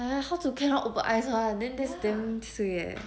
ha how to cannot open eyes [one] then that's damm suay ah